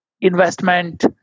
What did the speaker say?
investment